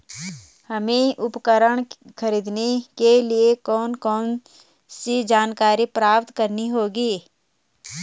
हमें उपकरण खरीदने के लिए कौन कौन सी जानकारियां प्राप्त करनी होगी?